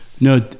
No